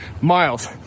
Miles